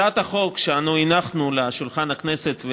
הצעת החוק שאנו הנחנו על שולחן הכנסת,